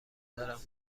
دارم